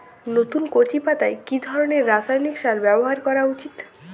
নতুন কচি পাতায় কি ধরণের রাসায়নিক সার ব্যবহার করা উচিৎ?